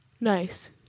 Nice